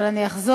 אבל אני אחזור,